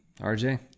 RJ